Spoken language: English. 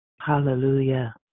Hallelujah